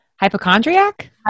hypochondriac